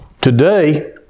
today